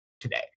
today